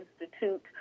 institute